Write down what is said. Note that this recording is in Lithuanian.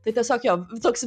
tai tiesiog jo toks